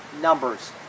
numbers